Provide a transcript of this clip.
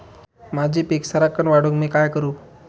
माझी पीक सराक्कन वाढूक मी काय करू?